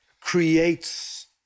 creates